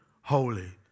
holy